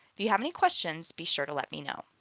if you have any questions, be sure to let me know.